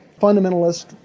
fundamentalist